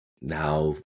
Now